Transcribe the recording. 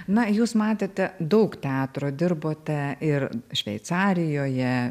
na jūs matėte daug teatro dirbote ir šveicarijoje